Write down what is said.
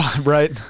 Right